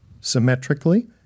symmetrically